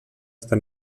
està